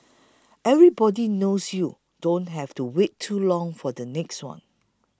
everybody knows you don't have to wait too long for the next one